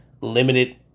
limited